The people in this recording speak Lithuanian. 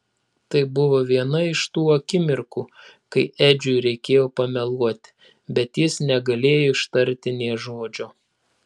tai buvo viena iš tų akimirkų kai edžiui reikėjo pameluoti bet jis negalėjo ištarti nė žodžio